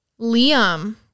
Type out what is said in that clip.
Liam